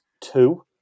two